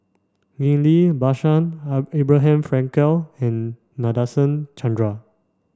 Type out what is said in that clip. Ghillie Basan Abraham Frankel and Nadasen Chandra